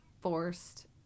forced